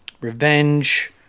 Revenge